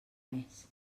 més